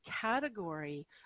category